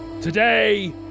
Today